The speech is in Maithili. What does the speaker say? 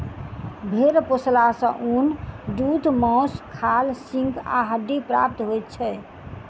भेंड़ पोसला सॅ ऊन, दूध, मौंस, खाल, सींग आ हड्डी प्राप्त होइत छै